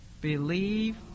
Believe